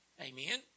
amen